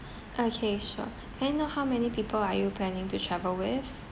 okay sure can I know how many people are you planning to travel with